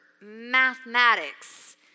mathematics